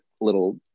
little